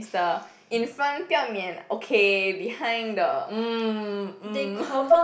is the in front 票面 okay behind the mm mm